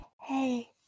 Hey